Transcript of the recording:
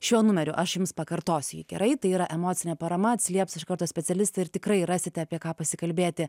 šiuo numeriu aš jums pakartosiu jį gerai tai yra emocinė parama atsilieps iš karto specialistai ir tikrai rasite apie ką pasikalbėti